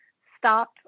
stop